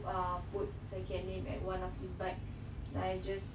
ah put second name at one of his bike then I just